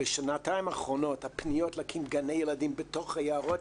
בשנתיים האחרונות הפניות להקים גני ילדים בתוך היערות